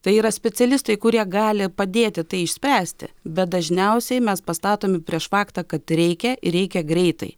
tai yra specialistai kurie gali padėti tai išspręsti bet dažniausiai mes pastatomi prieš faktą kad reikia ir reikia greitai